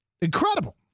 Incredible